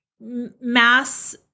mass